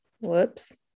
Whoops